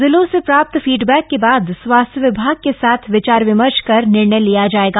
जिलों से प्राप्त फीडबक्क के बाद स्वास्थ्य विभाग के साथ विचार विमर्श कर निर्णय लिया जाएगा